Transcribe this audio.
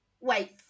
Wait